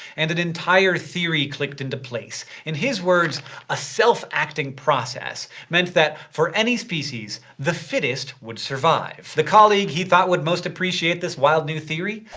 and an entire theory clicked into place. in his words a self-acting process meant that, for any species, the fittest would survive. the colleague he thought would most appreciate this wild new theory?